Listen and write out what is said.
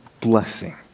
blessing